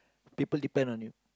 people depend on you